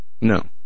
No